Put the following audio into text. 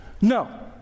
No